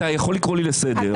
אתה יכול לקרוא לי לסדר.